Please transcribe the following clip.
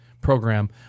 program